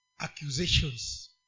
accusations